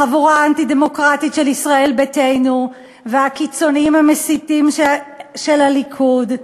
החבורה האנטי-דמוקרטית של ישראל ביתנו והקיצונים המסיתים של הליכוד,